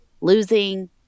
losing